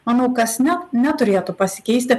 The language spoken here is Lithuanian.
manau kas ne neturėtų pasikeisti